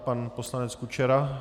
Pan poslanec Kučera?